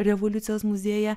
revoliucijos muziejuje